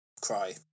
cry